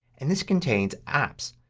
and this contains apps.